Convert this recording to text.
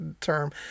term